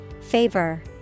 favor